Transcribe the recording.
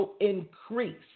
increase